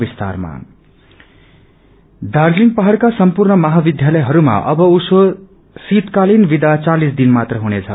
विन्दर लिम दार्जीलिङ पहाइका समपूर्ण महाविध्यालयहरूमा अब उसो शैतकालिन विदा चालिस दिन मात्र हुनेछ